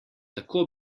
tako